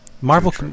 Marvel